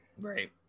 Right